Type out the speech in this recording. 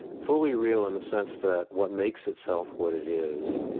fully real in the sense that what makes itself what it is